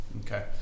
Okay